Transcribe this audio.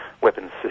weapons